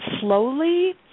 slowly